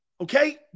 Okay